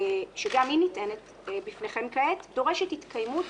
שגם היא נטענת בפניכם כעת, דורשת התקיימות